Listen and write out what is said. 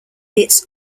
its